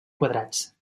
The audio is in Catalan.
quadrats